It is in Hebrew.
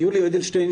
יולי אדלשטיין,